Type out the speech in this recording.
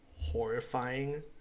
horrifying